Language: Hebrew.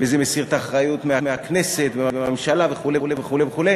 וזה מסיר את האחריות מהכנסת ומהממשלה וכו' וכו' וכו'.